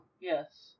Yes